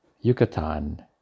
Yucatan